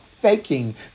faking